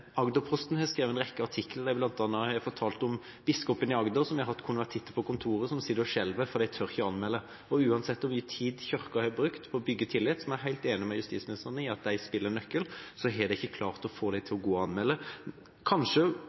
Agderposten har skrevet en rekke artikler der de bl.a. har fortalt om biskopen i Agder, som har hatt konvertitter på kontoret som sitter og skjelver fordi de ikke tør anmelde. Uansett hvor mye tid Kirken har brukt på å bygge tillit – jeg er helt enig med justisministeren i at den har en nøkkelrolle – har den ikke klart å få dem til å gå og anmelde. Kanskje